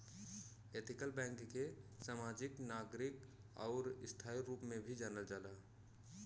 ethical bank के समाजिक, नागरिक आउर स्थायी रूप में भी जानल जाला